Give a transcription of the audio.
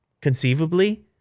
conceivably